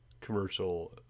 commercial